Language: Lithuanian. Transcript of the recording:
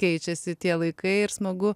keičiasi tie laikai ir smagu